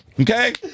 Okay